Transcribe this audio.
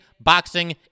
boxing